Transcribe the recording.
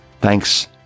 Thanks